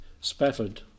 Spafford